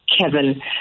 Kevin